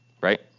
Right